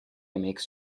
makes